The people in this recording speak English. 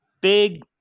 Big